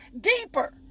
deeper